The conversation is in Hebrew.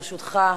ברשותך,